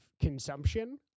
consumption